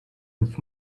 with